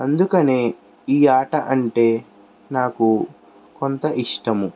అందుకనే ఈ ఆట అంటే నాకు కొంత ఇష్టము